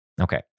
Okay